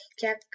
Jack